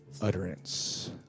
utterance